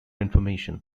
information